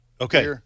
Okay